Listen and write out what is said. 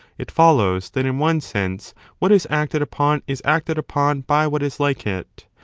it follows that in one sense what is acted upon is acted upon by what is like it,